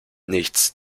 nichts